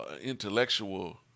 intellectual